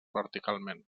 verticalment